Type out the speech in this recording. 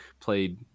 played